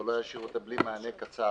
אבל לא אשאיר אותם בלי מענה קצר.